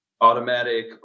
automatic